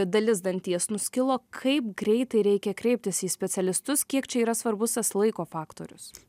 dalis danties nuskilo kaip greitai reikia kreiptis į specialistus kiek čia yra svarbus tas laiko faktorius